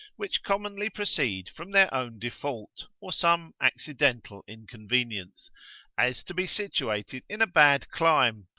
which commonly proceed from their own default, or some accidental inconvenience as to be situated in a bad clime,